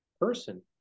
person